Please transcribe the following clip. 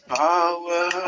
power